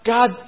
God